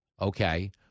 okay